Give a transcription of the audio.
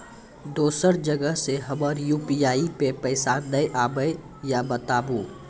दोसर जगह से हमर यु.पी.आई पे पैसा नैय आबे या बताबू?